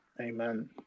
Amen